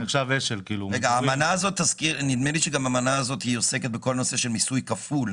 נדמה לי שגם האמנה הזאת עוסקת בכל הנושא של מיסוי כפול,